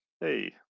Hey